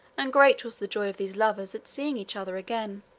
and great was the joy of these lovers at seeing each other again.